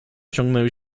ciągnęły